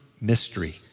Mystery